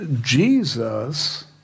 Jesus